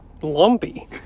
lumpy